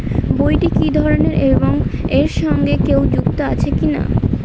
বইটি কি ধরনের এবং এর সঙ্গে কেউ যুক্ত আছে কিনা?